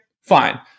fine